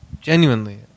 Genuinely